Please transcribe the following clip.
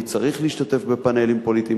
מי צריך להשתתף בפאנלים פוליטיים,